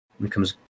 becomes